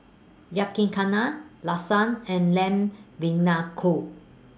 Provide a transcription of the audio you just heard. Yakizakana Lasagna and Lamb